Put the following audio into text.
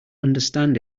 understand